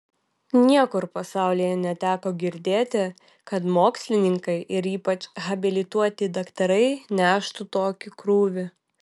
niekur pasaulyje neteko girdėti kad mokslininkai ir ypač habilituoti daktarai neštų tokį krūvį